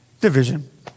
Division